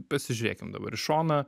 pasižiūrėkim dabar į šoną